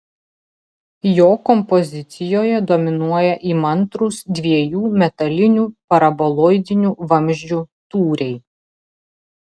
jo kompozicijoje dominuoja įmantrūs dviejų metalinių paraboloidinių vamzdžių tūriai